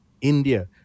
India